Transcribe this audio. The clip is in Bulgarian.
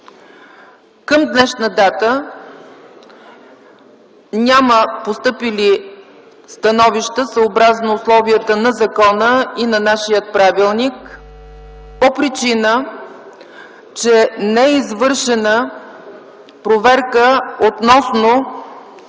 Към днешна дата няма постъпили становища съобразно условията на закона и на нашия правилник по причина, че не е извършена проверка относно